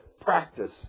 practice